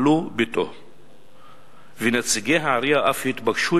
עלו בתוהו ונציגי העירייה אף התבקשו,